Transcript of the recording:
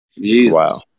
Wow